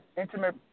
Intimate